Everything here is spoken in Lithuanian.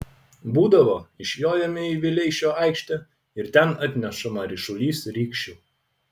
būdavo išjojame į vileišio aikštę ir ten atnešama ryšulys rykščių